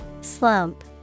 Slump